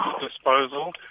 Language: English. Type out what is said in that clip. disposal